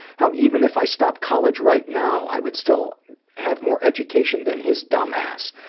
how even if i stop college right now, i would still have more education than his dumb ass,